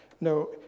no